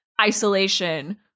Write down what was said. isolation